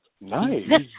Nice